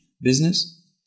business